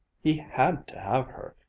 he had to have her,